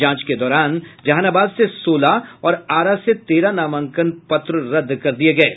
जांच के दौरान जहानाबाद से सोलह और आरा से तेरह नामांकन रद्द कर दिये गये